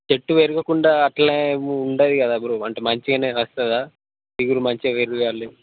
చెట్టు పెరగకుండా అట్లనే ఉండది కదా బ్రో అంటే మంచిగానే వస్తుందా చిగురు మంచిగా పెరగాలి